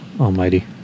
almighty